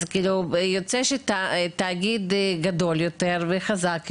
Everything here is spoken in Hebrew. אז יוצא שתאגיד גדול יותר וחזק יותר,